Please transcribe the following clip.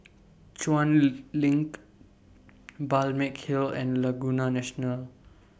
Chuan Lee LINK Balmeg Hill and Laguna National